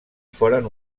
foren